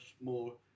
more